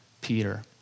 Peter